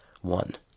One